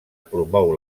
promou